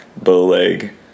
bowleg